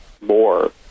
more